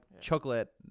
chocolate